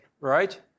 right